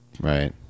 right